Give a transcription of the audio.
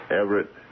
Everett